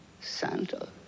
Santa